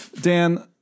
Dan –